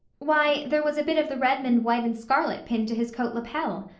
why, there was a bit of the redmond white and scarlet pinned to his coat lapel.